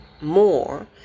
more